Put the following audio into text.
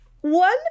one